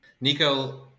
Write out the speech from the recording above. Nico